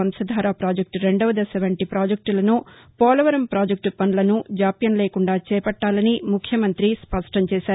వంశధార ప్రాజెక్లు రెందవ దశ వంటి పాజెక్లులను పోలవరం పాజెక్టు పనులను జాప్యం లేకుండా చేపట్టాలని ముఖ్యమంత్రి స్పష్టం చేశారు